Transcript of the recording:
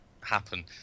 happen